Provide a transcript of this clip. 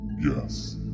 yes